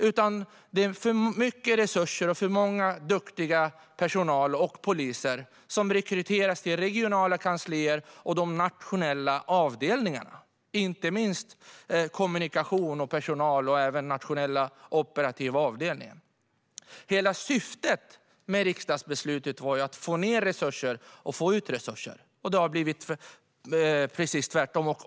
Det är för mycket resurser och för många duktiga poliser och andra anställda som rekryteras till regionala kanslier och till de nationella avdelningarna - inte minst gäller detta kommunikation, personal och Nationella operativa avdelningen. Hela syftet med riksdagsbeslutet var att få ned och få ut resurser, men det har blivit precis tvärtom.